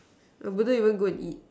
I wouldn't even go and eat